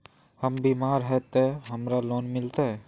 हम बीमार है ते हमरा लोन मिलते?